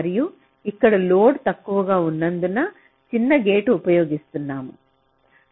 మరియు ఇక్కడ లోడ్ తక్కువగా ఉన్నందున చిన్న గేట్ ఉపయోగిస్తున్నాము